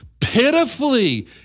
pitifully